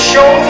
Show